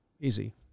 Easy